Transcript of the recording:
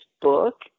book